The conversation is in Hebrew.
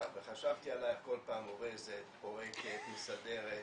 וחשבתי עלייך כל פעם אורזת, פורקת, מסדרת,